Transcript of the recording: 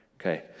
Okay